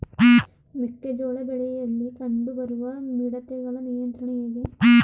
ಮೆಕ್ಕೆ ಜೋಳ ಬೆಳೆಯಲ್ಲಿ ಕಂಡು ಬರುವ ಮಿಡತೆಗಳ ನಿಯಂತ್ರಣ ಹೇಗೆ?